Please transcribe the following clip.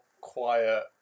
quiet